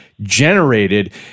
generated